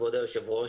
כבוד היושב-ראש,